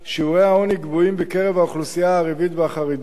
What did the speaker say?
שיעורי העוני גבוהים בקרב האוכלוסייה הערבית והחרדית